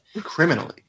criminally